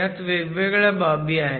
ह्यात वेगवेगळ्या बाबी आहेत